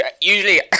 Usually